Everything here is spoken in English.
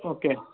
okay